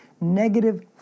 negative